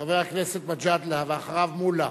חבר הכנסת מג'אדלה, ואחריו, מולה,